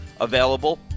available